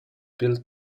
built